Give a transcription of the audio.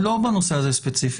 לא בנושא הזה ספציפית.